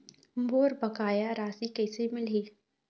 मोर बकाया राशि कैसे मिलही?